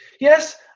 Yes